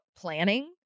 planning